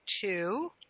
two